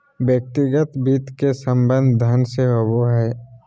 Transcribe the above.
व्यक्तिगत वित्त के संबंध धन से होबो हइ